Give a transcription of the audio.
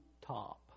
top